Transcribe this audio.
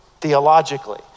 theologically